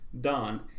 done